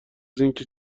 اینکه